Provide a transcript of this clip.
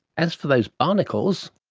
as for those barnacles,